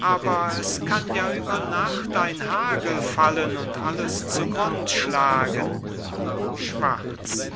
aber es kann ja über nacht ein hagel fallen und alles zu grund schlagen schwarz